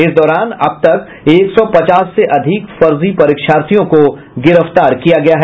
इस दौरान अब तक एक सौ पचास से अधिक फर्जी परीक्षार्थियों को गिरफ्तार किया गया है